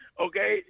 okay